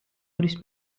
არის